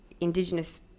Indigenous